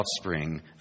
offspring